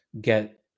get